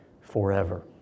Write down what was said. forever